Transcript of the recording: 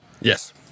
Yes